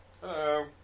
Hello